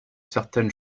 certaines